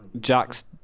Jack's